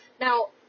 Now